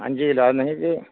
അഞ്ച് കിലോ നിങ്ങൾക്ക്